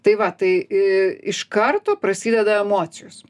tai va tai i iš karto prasideda emocijos